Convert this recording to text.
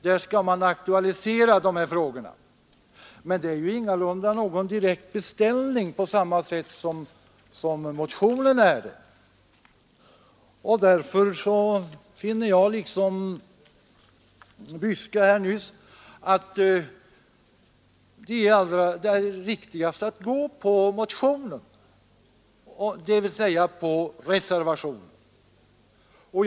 Det är ingalunda någon direkt beställning på det sätt som motionen innebär. Därför finner jag, liksom herr Gustafsson i Byske nyss, att det är riktigast att gå på motionen, alltså att bifalla reservationen.